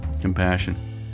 compassion